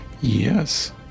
Yes